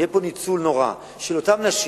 יהיה פה ניצול נורא של אותן נשים,